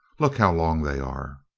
look how long they are!